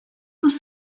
was